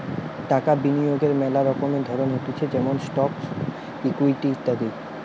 টাকা বিনিয়োগের মেলা রকমের ধরণ হতিছে যেমন স্টকস, ইকুইটি ইত্যাদি